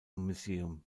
museum